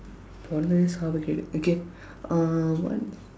பொன்ன சாவக்கேடு:ponna saavakkeedu okay uh one